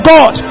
God